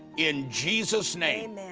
in jesus name,